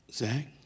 Zach